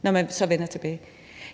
hvis man tager barsel.